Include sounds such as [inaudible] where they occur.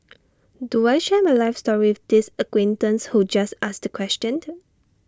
[noise] do I share my life story with this acquaintance who just asked the question